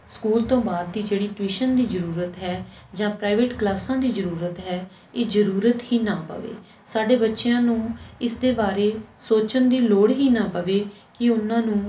school ਤੋਂ ਬਾਅਦ ਦੀ ਜਿਹੜੀ ਟਿਊਸ਼ਨ ਦੀ ਜ਼ਰੂਰਤ ਹੈ ਜਾਂ ਪ੍ਰਾਈਵੇਟ ਕਲਾਸਾਂ ਦੀ ਜ਼ਰੂਰਤ ਹੈ ਇਹ ਜ਼ਰੂਰਤ ਹੀ ਨਾ ਪਵੇ ਸਾਡੇ ਬੱਚਿਆਂ ਨੂੰ ਇਸਦੇ ਬਾਰੇ ਸੋਚਣ ਦੀ ਲੋੜ ਹੀ ਨਾ ਪਵੇ ਕਿ ਉਨ੍ਹਾਂ ਨੂੰ